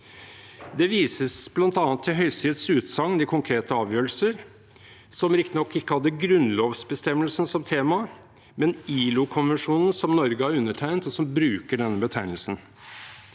Det vises bl.a. til Høyesteretts utsagn i konkrete avgjørelser, som riktignok ikke hadde grunnlovsbestemmelsen som tema, men ILO-konvensjonen, som Norge har undertegnet, og som bruker denne betegnelsen.